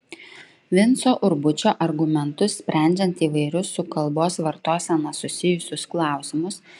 vinco urbučio argumentus sprendžiant įvairius su kalbos vartosena susijusius klausimus